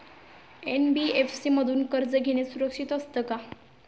NBFC मधून कर्ज घेणे सुरक्षित असते का?